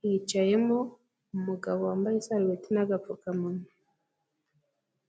hicayemo umugabo wambaye isarubeti n'agapfukamunwa.